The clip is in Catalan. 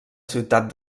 ciutat